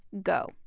go.